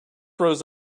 rose